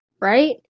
right